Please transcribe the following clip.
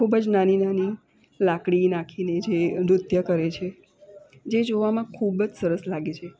ખૂબ જ નાની નાની લાકડી નાખી ને જે નૃત્ય કરે છે જે જોવામાં ખૂબ જ સરસ લાગે છે